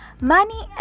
Money